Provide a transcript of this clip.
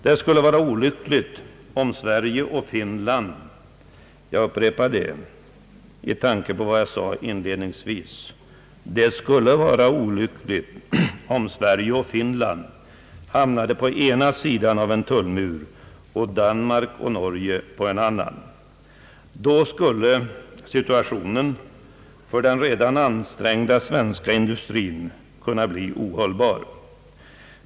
Det skulle vara olyckligt, om Sverige och Finland hamnade på ena sidan om en tullmur och Danmark och Norge på den andra. Då skulle situationen för den redan ansträngda svenska industrin kunna bli ohållbar.